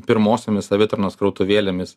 pirmosiomis savitarnos krautuvėlėmis